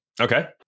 okay